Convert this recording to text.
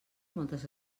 moltes